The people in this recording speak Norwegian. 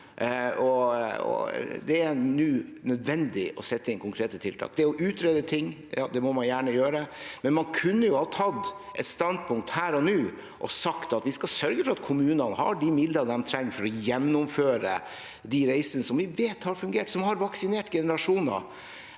Det er nå nødvendig å sette inn konkrete tiltak. Det å utrede ting må man gjerne gjøre, men man kunne jo ha tatt et standpunkt her og nå og sagt at vi skal sørge for at kommunene har de midlene de trenger for å gjennomføre de reisene vi vet har fungert, som har vaksinert generasjoner.